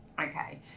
Okay